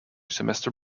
semester